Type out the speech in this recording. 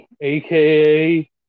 aka